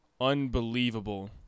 unbelievable